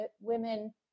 women